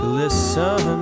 listen